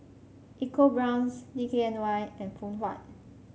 EcoBrown's D K N Y and Phoon Huat